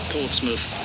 Portsmouth